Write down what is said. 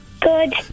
Good